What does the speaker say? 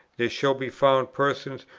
there shall be found persons,